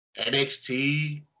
NXT